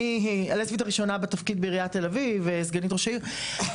אני הלסבית הראשונה בתפקיד בעיריית תל אביב וסגנית ראש העיר.